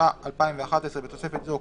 התשע"א 2011 (בתוספת זו,